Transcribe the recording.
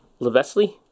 Levesley